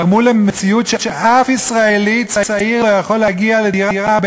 גרמו למציאות שאף ישראלי צעיר לא יכול להגיע לדירה,